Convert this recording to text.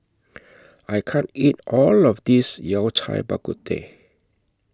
I can't eat All of This Yao Cai Bak Kut Teh